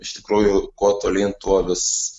iš tikrųjų kuo tolyn tuo vis